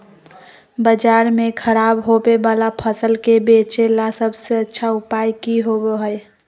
बाजार में खराब होबे वाला फसल के बेचे ला सबसे अच्छा उपाय की होबो हइ?